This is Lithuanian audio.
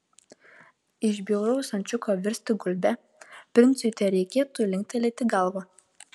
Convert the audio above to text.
iš bjauraus ančiuko virsti gulbe princui tereikėtų linktelėti galvą